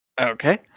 Okay